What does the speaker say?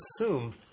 assume